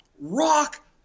rock